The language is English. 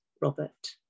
Robert